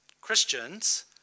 Christians